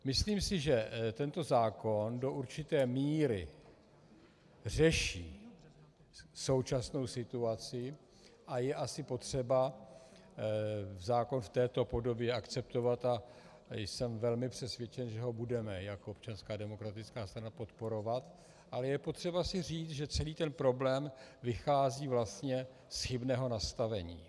Myslím si, že tento zákon do určité míry řeší současnou situaci a je asi potřeba zákon v této podobě akceptovat, a jsem velmi přesvědčen, že ho budeme jako Občanská demokratická strana podporovat, ale je potřeba si říci, že celý ten problém vychází vlastně z chybného nastavení.